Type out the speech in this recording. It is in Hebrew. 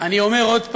אני אומר עוד פעם: